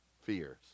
fears